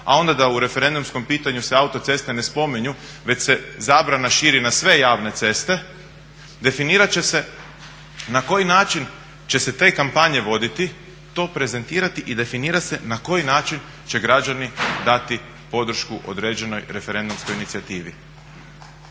a onda da u referendumskom pitanju se autoceste ne spominju već se zabrana širi na sve javne ceste, definirat će se na koji način će se te kampanje voditi, to prezentirati i definira se na koji način će građani dati podršku određenoj referendumskoj inicijativi.